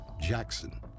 Jackson